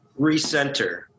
recenter